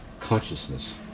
consciousness